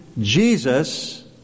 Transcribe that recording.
Jesus